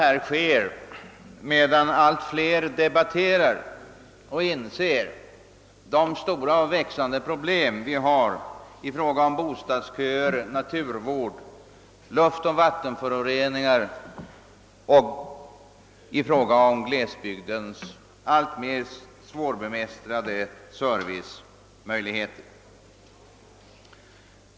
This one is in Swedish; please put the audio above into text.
Detta sker medan allt fler inser och debatterar de stora och växande problemen beträffande bostäder, naturvård, luftoch vattenföroreningar och de alltmer svårbemästrade servicefrågorna för glesbygderna.